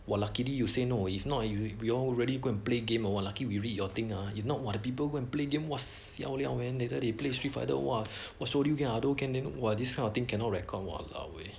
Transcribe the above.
!wah! luckily you say no if not you all really go and play game or what lucky we read your thing ah if not !wah! the people play game !wah! siao liao man later they play street fighter !wah! !wah! this kind of thing cannot record !walao! eh away but then is is the easier